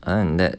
other than that